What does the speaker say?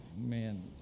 man